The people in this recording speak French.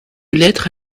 lettres